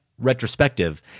retrospective